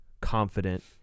confident